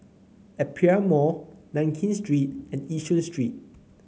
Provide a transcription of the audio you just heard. Aperia Mall Nankin Street and Yishun Street